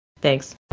Thanks